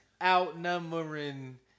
outnumbering